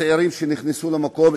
הצעירים שנכנסו למקום,